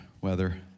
weather